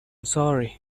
sorry